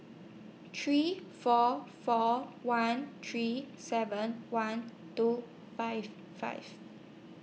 three four four one three seven one two five five